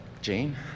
Jane